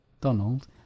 Donald